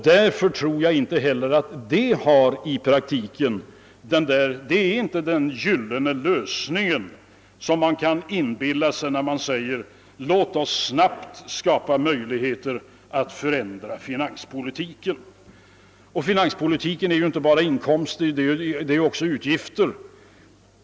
Därför tror jag inte heller att det i praktiken är den gyllene lösning som man kan inbilla sig när man säger: »Låt oss snabbt skapa möjligheter att förändra finanspolitiken!» Finanspolitiken är ju inte bara inkomster; den är också utgifter.